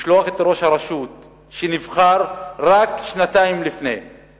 לשלוח את ראש הרשות שנבחר רק שנתיים לפני כן,